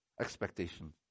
Expectation